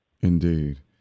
Indeed